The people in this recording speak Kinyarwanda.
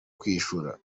kwishyura